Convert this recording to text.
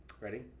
Ready